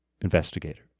investigator